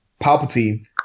Palpatine